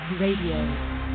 radio